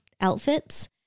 outfits